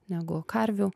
negu karvių